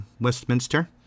Westminster